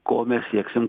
ko mes sieksim